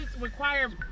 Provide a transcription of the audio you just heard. require